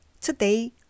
Today